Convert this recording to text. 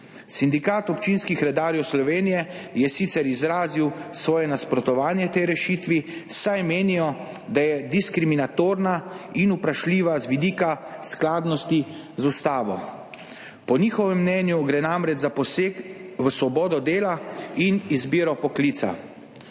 Sindikat občinskih redarjev Slovenije je sicer izrazil svoje nasprotovanje tej rešitvi, saj menijo, da je diskriminatorna in vprašljiva z vidika skladnosti z ustavo. Po njihovem mnenju gre namreč za poseg v svobodo dela in izbiro poklica.